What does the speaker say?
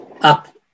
up